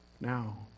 now